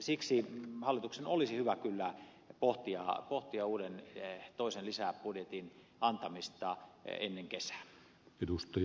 siksi hallituksen olisi hyvä kyllä pohtia toisen lisäbudjetin antamista ennen kesää